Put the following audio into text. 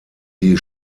die